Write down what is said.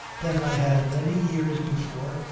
that i had many years before,